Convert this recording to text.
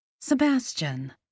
Sebastian